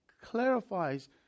clarifies